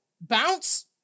bounce